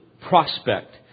prospect